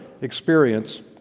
experience